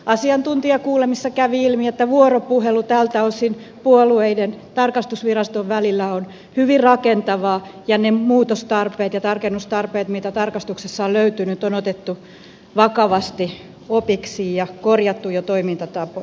asiantuntijakuulemisissa kävi ilmi että vuoropuhelu tältä osin puolueiden ja tarkastusviraston välillä on hyvin rakentavaa ja ne muutostarpeet ja tarkennustarpeet mitä tarkastuksissa on löytynyt on otettu vakavasti opiksi ja korjattu jo toimintatapoja